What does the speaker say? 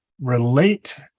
relate